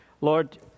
Lord